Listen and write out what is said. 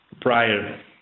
prior